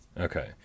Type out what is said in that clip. Okay